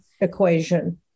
equation